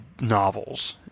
novels